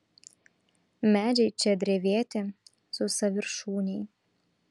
medžiai čia drevėti sausaviršūniai